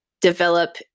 develop